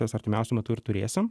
jas artimiausiu metu ir turėsim